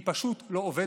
היא פשוט לא עובדת.